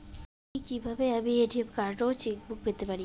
কি কিভাবে আমি এ.টি.এম কার্ড ও চেক বুক পেতে পারি?